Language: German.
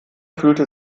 fühlte